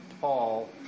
Paul